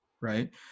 right